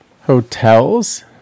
hotels